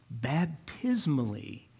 baptismally